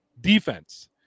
Defense